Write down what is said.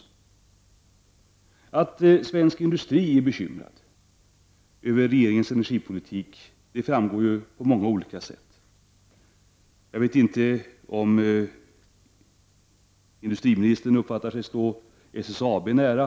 Det framgår på många olika sätt att svensk industri är bekymrad över re geringens energipolitik. Jag vet inte om industriministern uppfattar sig stå SSAB nära.